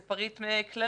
זה פריט כללי,